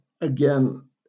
again